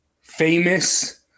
famous